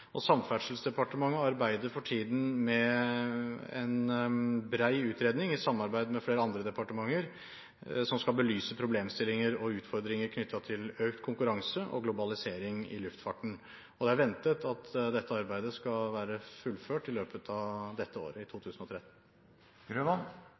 Samferdselsdepartementet arbeider for tiden – i samarbeid med flere andre departementer – med en bred utredning som skal belyse problemstillinger og utfordringer knyttet til økt konkurranse og globalisering i luftfarten. Det er ventet at dette arbeidet skal være fullført i løpet av dette året – i